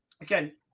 again